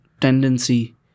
tendency